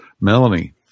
Melanie